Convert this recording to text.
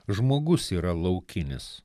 žmogus yra laukinis